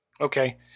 Okay